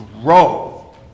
grow